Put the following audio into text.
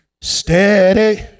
steady